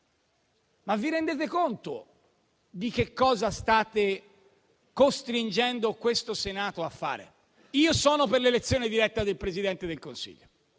Vi rendete conto di che cosa state costringendo questo Senato a fare? Io sono per l'elezione diretta del Presidente del Consiglio